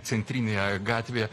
centrinėje gatvėje